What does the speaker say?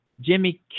Jimmy